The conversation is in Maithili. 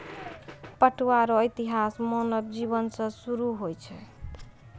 पटुआ रो इतिहास मानव जिवन से सुरु होय छ